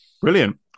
Brilliant